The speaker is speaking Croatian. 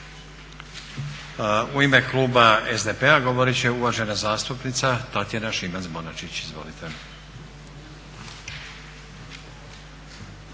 U ime kluba SDP-a govorit će uvažena zastupnica Tatjana Šimac-Bonačić, izvolite.